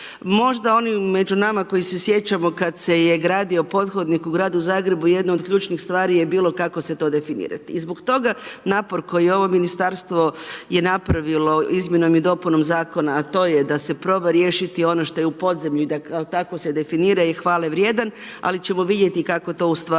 Možda oni među nama koji se sjećamo kad se je gradio pothodnik u gradu Zagrebu, jedna od ključnih stvari je bilo kako se to definirati. I zbog toga napor koji ovo Ministarstvo je napravilo Izmjenom i dopunom Zakona, a to je da se proba riješiti ono što je u podzemlju i da kao takvo se definira je hvale vrijedan, ali ćemo vidjeti kako to u stvarnosti